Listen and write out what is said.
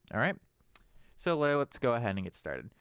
alright so let's go ahead and get started.